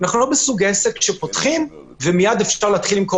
אנחנו לא עסק שכשהוא פותח הוא מיד יכול למכור.